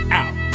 out